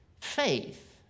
faith